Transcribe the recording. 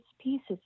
pieces